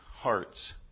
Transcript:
hearts